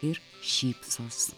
ir šypsos